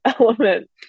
element